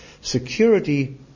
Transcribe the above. security